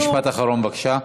משפט אחרון בבקשה.